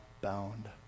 bound